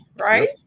Right